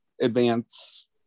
advance